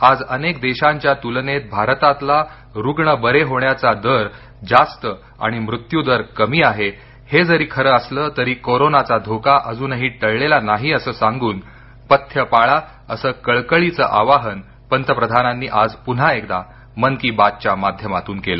आज अनेक देशांच्या तुलनेत भारतातला रुग्ण बरे होण्याचा दर जास्त आणि मृत्यू दर कमी आहे हे जरी खरं असलं तरी कोरोनाचा धोका अजूनही टळलेला नाही अस सांगून पथ्य पाळा असं कळकळीचं आवाहन पंतप्रधानांनी आज पुन्हा एकदा मन की बातच्या माध्यमातून केलं